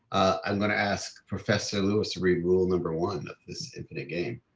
i'm gonna ask professor lewis to read rule number one of this infinite game.